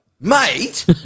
mate